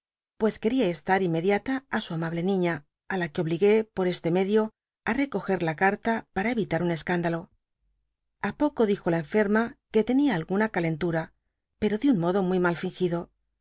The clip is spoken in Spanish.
pues quería estar inmediata á su amable niña ala que ouigné por este medio árecojerla carta para eyitar un escándalo a poco díjo la nferma que tenia alguna calentura pero de un modo muy mal fingido